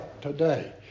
today